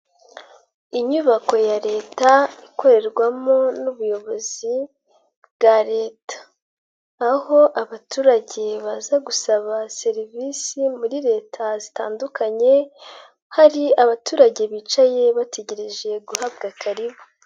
Inyubako ya Leta ikorerwamo n'ubuyobozi bwa Leta, aho abaturage baza gusaba serivisi muri Leta zitandukanye, hari abaturage bicaye bategereje guhabwa karibu.